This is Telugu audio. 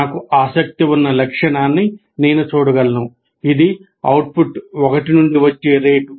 నాకు ఆసక్తి ఉన్న లక్షణాన్ని నేను చూడగలను ఇది అవుట్పుట్ 1 నుండి వచ్చే రేటు